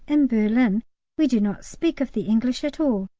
in berlin we do not speak of the english at all!